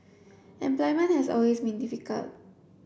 employment has always been difficult